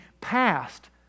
past